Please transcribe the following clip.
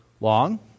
long